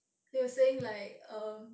he was saying like um